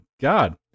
God